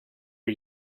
are